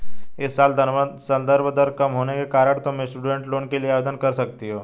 इस साल संदर्भ दर कम होने के कारण तुम स्टूडेंट लोन के लिए आवेदन कर सकती हो